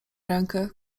rękę